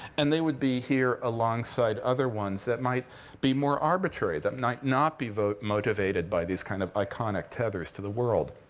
and they would be here alongside other ones that might be more arbitrary, that might not be motivated by these kind of iconic tethers to the world.